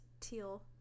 teal